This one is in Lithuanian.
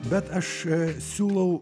bet aš siūlau